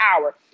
hour